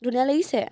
ধুনীয়া লাগিছে